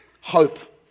hope